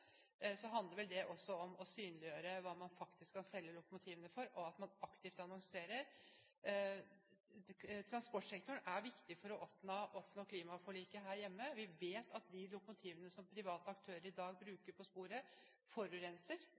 handler vel det også om å synliggjøre hva man faktisk kan selge lokomotivene for, og at man aktivt annonserer. Transportsektoren er viktig for å nå klimaforliket her hjemme. Vi vet at de lokomotivene som private aktører i dag bruker på sporet, forurenser,